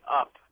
up